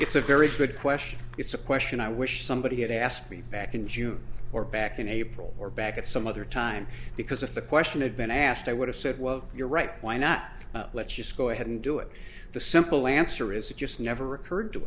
it's a very good question it's a question i wish somebody had asked me back in june or back in april or back at some other time because if the question had been asked i would have said well you're right why not let's just go ahead and do it the simple answer is it just never occurred to